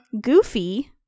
goofy